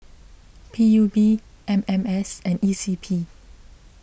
P U B M M S and E C P